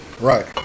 Right